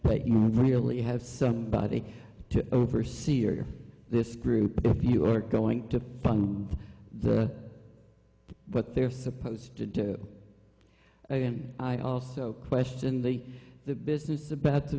that you really have somebody to oversee or this group if you are going to fund the what they're supposed to do and i also question the the business about the